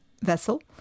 vessel